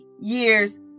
years